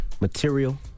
material